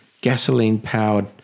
gasoline-powered